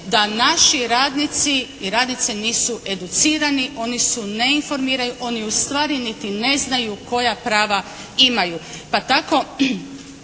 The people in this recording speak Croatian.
da naši radnici i radnice nisu educirani, oni su neinformirani, oni ustvari niti ne znaju koja prava imaju.